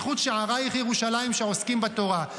בזכות שערייך ירושלים שעוסקים בתורה.